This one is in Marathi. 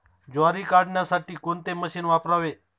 ज्वारी काढण्यासाठी कोणते मशीन वापरावे?